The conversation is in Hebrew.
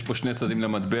יש פה שני צדדים למטבע.